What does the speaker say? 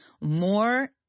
more